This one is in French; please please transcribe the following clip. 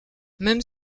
même